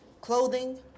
clothing